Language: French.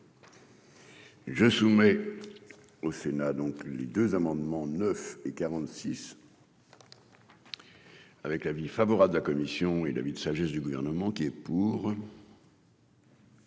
Je soumets. Au Sénat, donc les deux amendements 9 et 46. Avec l'avis favorable de la commission et la sagesse du gouvernement qui est pour.